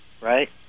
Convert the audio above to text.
right